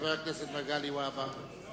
חבר הכנסת מגלי והבה.